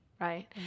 Right